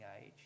age